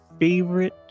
favorite